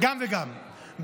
גם וגם.